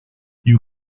you